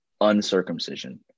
Uncircumcision